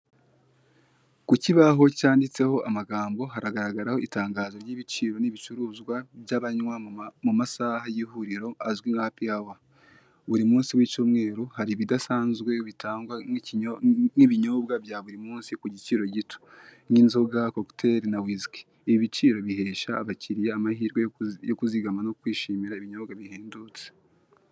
Ku kibaho cyanditseho amagambo haragaragaho itangazo ry'ibiciro n'ibicuruzwa byabanywa mu masaha y'ihuriro anzwi nka hapi awa buri munsi w'icyumweru, hari ibidasanzwe bitangwa n'ibinyobwa bya buri munsi ku giciro gito nk'inzoga, kokiteri na wisiki. Ibi biciro bihesha abakiriya amahirwe yo kuzigama no kwishimira ibinyobwa bihendutse.